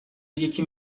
یکی